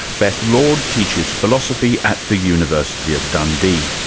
beth lord teaches philosophy at the university of dundee.